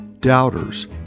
Doubters